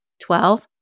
Twelve